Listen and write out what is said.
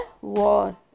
war